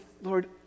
Lord